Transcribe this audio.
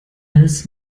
als